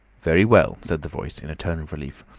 very well, said the voice, in a tone of relief.